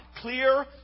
Clear